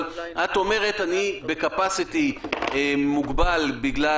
אבל את אומרת: אני ב-capacity מוגבל בגלל